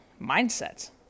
mindset